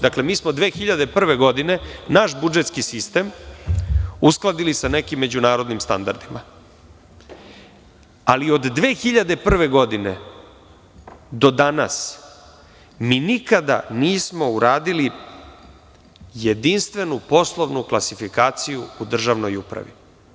Dakle, mi smo 2001. godine naš budžetski sistem uskladili sa nekim međunarodnim standardima, ali od 2001. godine do danas mi nikada nismo uradili jedinstvenu poslovnu klasifikaciju u državnoj upravi.